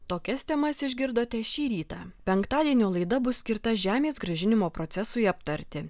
tokias temas išgirdote šį rytą penktadienio laida bus skirta žemės grąžinimo procesui aptarti